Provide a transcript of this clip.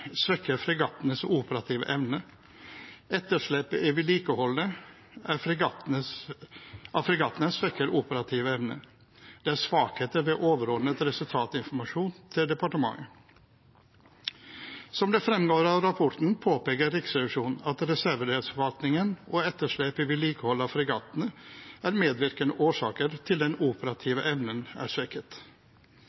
svekker fregattenes operative evne. Etterslepet i vedlikeholdet av fregattene svekker operativ evne. Det er svakheter ved overordnet resultatinformasjon til departementet. Som det fremgår av rapporten, påpeker Riksrevisjonen at reservedelsforvaltningen og etterslep i vedlikeholdet av fregattene er medvirkende årsaker til at den